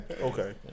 Okay